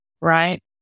Right